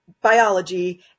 Biology